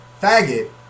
faggot